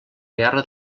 guerra